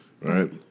right